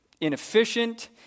inefficient